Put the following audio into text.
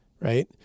right